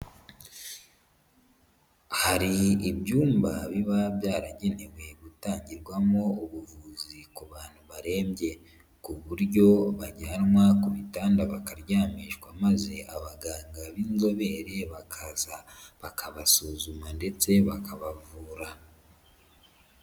Hari ibyumba biba byaragenewe gutangirwamo ubuvuzi ku bantu barembye ku buryo bajyanwa ku gitanda bakaryamirwa maze abaganga b'inzobere bakaza bakabasuzuma ndetse bakabavura.